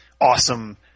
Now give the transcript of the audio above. awesome